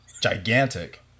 gigantic